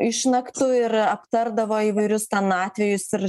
išnaktų ir aptardavo įvairius ten atvejus ir